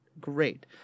Great